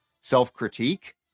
self-critique